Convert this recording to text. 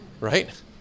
Right